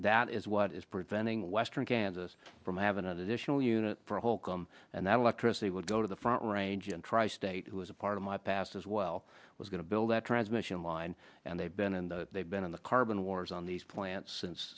that is what is preventing western kansas from have an additional unit for holcomb and that electricity would go to the front range and tri state who is a part of my past as well was going to build that transmission line and they've been and they've been in the carbon wars on these plants since